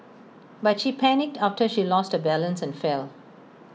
but she panicked after she lost her balance and fell